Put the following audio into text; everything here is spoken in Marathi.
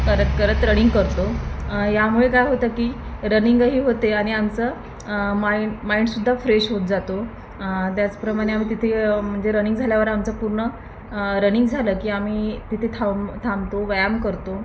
करत करत रनिंग करतो यामुळे काय होतं की रनिंगही होते आणि आमचं माइंड माइंडसुद्धा फ्रेश होऊन जातो त्याचप्रमाणे आ तिथे म्हणजे रनिंग झाल्यावर आमचं पूर्ण रनिंग झालं की आम्ही तिथे थांब थांबतो व्यायाम करतो